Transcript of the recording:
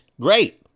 great